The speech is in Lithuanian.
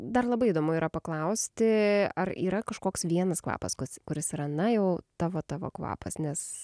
dar labai įdomu yra paklausti ar yra kažkoks vienas kvapas kus kuris yra na jau tavo tavo kvapas nes